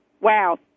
Wow